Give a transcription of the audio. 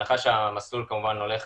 בהנחה שהמסלול כמובן הולך